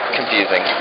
Confusing